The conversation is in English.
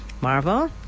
Marvel